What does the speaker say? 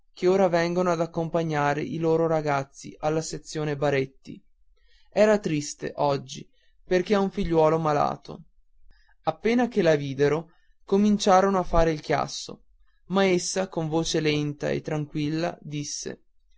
che ora vengono ad accompagnare i loro ragazzi alla sezione baretti era triste oggi perché ha un figliuolo malato appena che la videro cominciarono a fare il chiasso ma essa con voce lenta e tranquilla disse